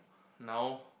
now